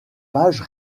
page